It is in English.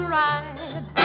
ride